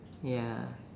ya